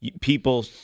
people